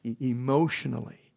emotionally